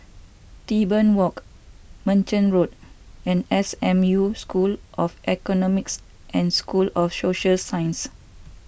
Tebing Walk Merchant Road and S M U School of Economics and School of Social Sciences